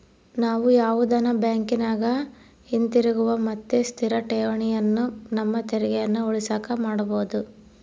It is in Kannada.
ನಾವು ಯಾವುದನ ಬ್ಯಾಂಕಿನಗ ಹಿತಿರುಗುವ ಮತ್ತೆ ಸ್ಥಿರ ಠೇವಣಿಯನ್ನ ನಮ್ಮ ತೆರಿಗೆಯನ್ನ ಉಳಿಸಕ ಮಾಡಬೊದು